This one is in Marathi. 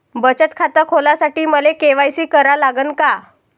बचत खात खोलासाठी मले के.वाय.सी करा लागन का?